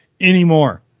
anymore